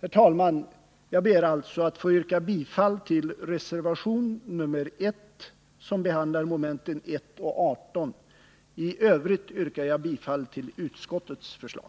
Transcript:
Herr talman! Jag ber alltså att få yrka bifall till reservation 1, som behandlar mom. 1 och 18. I övrigt yrkar jag bifall till utskottets förslag.